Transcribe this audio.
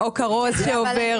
או כרוז שעובר.